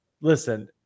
listen